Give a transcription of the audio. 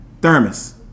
Thermos